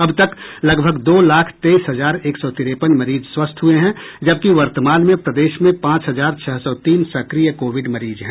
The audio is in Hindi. अब तक लगभग दो लाख तेईस हजार एक सौ तिरेपन मरीज स्वस्थ हुए हैं जबकि वर्तमान में प्रदेश में पांच हजार छह सौ तीन सक्रिय कोविड मरीज हैं